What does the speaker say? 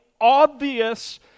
obvious